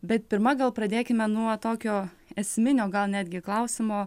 bet pirma gal pradėkime nuo tokio esminio gal netgi klausimo